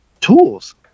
tools